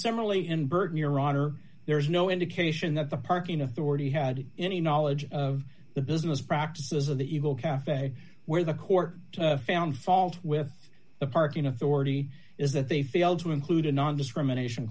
similarly emberton your honor there is no indication that the parking authority had any knowledge of the business practices of the evil cafe where the court found fault with the parking authority is that they failed to include a nondiscrimination